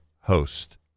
host